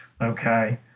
Okay